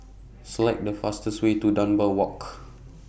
Select The fastest Way to Dunbar Walk